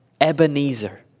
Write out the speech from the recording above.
Ebenezer